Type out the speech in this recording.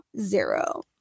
zero